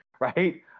right